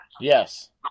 Yes